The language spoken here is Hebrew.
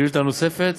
שאלה נוספת?